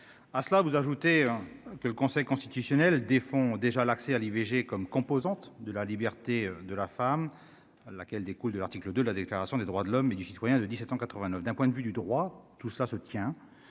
à cela vous ajoutez que le Conseil constitutionnel des fonds déjà l'accès à l'IVG comme composante de la liberté de la femme à laquelle découle de l'article de la déclaration des droits de l'homme et du Citoyen de 1789 d'un point de vue du droit, tout cela se tient